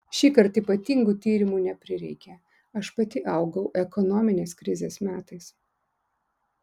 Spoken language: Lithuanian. šįkart ypatingų tyrimų neprireikė aš pati augau ekonominės krizės metais